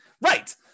Right